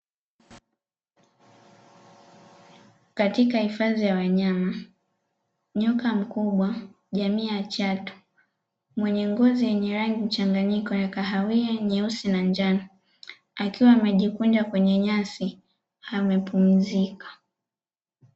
Katika hifadhi ya wanyama nyoka mkubwa jamii ya chatu, mwenye ngozi yenye rangi mchanganyiko ya kahawia nyeusi na njano akiwa amejikunja kwenye nyasi amepumzika.